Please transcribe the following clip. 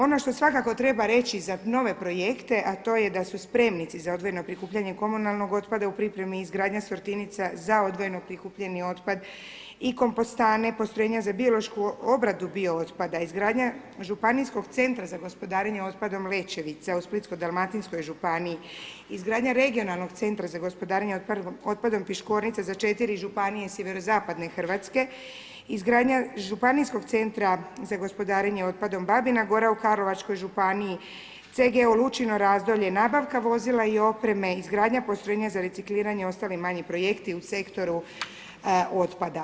Ono što svakako treba reći za nove projekte, a to je da su spremnici za odvojeno prikupljanje komunalnog otpada u pripremi, izgradnja sortirnica za odvojeno prikupljeni otpad i kompostane, postrojenja za biološku obradu bio otpada, izgradnja županijskog centra za gospodarenje otpadom Lećevica u Splitsko-dalmatinskoj županiji, izgradnja regionalnog centra za gospodarenje otpadom Piškornica za 4 županije sjeverozapadne Hrvatske, izgradnja županijskog CGO Babina Gora u Karlovačkoj županiji, CGO Lučino Razdolje, nabavka vozila i opreme, izgradnja postrojenja za recikliranje i ostali manji projekti u sektoru otpada.